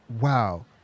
wow